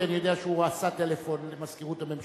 כי אני יודע שהוא טלפן למזכירות הממשלה,